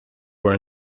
were